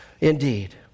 Indeed